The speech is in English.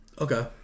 Okay